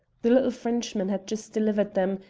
the little frenchman had just delivered them,